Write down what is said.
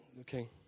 okay